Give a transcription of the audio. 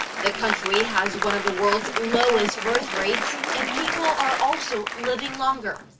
the country has one of the world's lowest birthrates and people are also living longer.